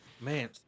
Man